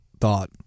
thought